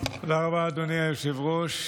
תודה רבה, אדוני היושב-ראש.